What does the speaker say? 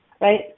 right